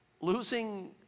losing